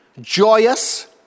joyous